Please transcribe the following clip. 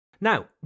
Now